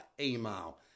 email